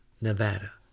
Nevada